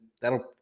That'll